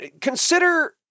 consider